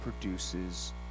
produces